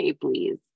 please